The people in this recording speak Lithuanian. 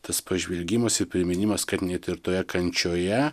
tas pažvelgimas ir priminimas kad net ir toje kančioje